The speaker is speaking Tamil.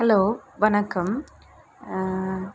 ஹலோ வணக்கம்